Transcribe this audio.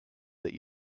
that